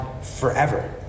forever